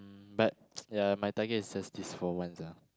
mm but ya my target is just this four months ah